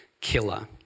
killer